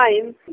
time